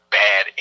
bad